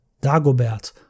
Dagobert